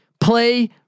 Play